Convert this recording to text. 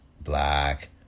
black